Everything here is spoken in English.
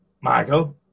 Michael